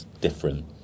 different